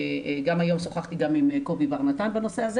והיום שוחחתי עם קובי בר נתן בנושא הזה